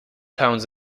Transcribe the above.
towns